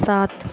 सात